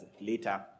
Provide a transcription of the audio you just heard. later